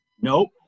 Nope